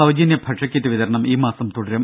സൌജന്യ ഭക്ഷ്യക്കിറ്റ് വിതരണം ഈ മാസം തുടരും